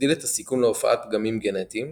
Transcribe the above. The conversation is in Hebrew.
מגדיל את הסיכון להופעת פגמים גנטיים,